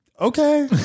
Okay